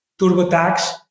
TurboTax